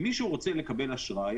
אם מישהו רוצה לקבל אשראי,